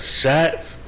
shots